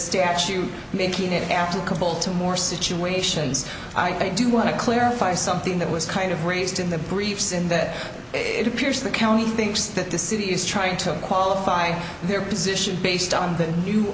statue making it after a couple two more situations i do want to clarify something that was kind of raised in the briefs in that it appears the county thinks that the city is trying to qualify their position based on the new